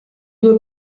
due